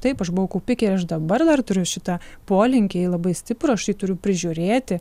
taip aš buvau kaupikė aš dabar dar turiu šitą polinkį labai stiprų aš jį turiu prižiūrėti